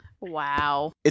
Wow